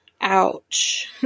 Ouch